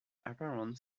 apparent